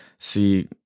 see